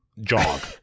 jog